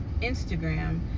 Instagram